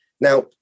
Now